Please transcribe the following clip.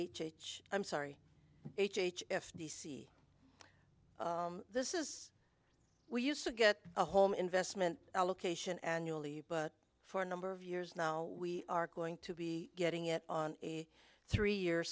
h i'm sorry h h f d c this is we used to get home investment allocation annually but for a number of years now we are going to be getting it on a three year